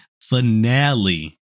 finale